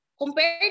compared